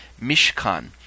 Mishkan